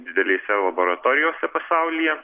didelėse laboratorijose pasaulyje